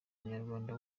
umunyarwanda